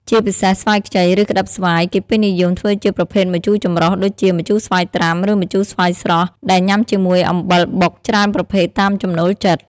ជាពិសេស ស្វាយខ្ចី ឬក្ដឹបស្វាយ គេពេញនិយមធ្វើជាប្រភេទម្ជូរចម្រុះ ដូចជាម្ជូរស្វាយត្រាំ ឬម្ជូរស្វាយស្រស់ ដែលញ៉ាំជាមួយអំបិលបុកច្រើនប្រភេទតាមចំណូលចិត្ត។